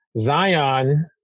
Zion